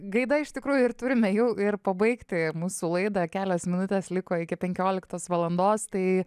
gaida iš tikrųjų ir turime jau ir pabaigti mūsų laidą kelios minutės liko iki penkioliktos valandos tai